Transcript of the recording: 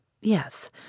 Yes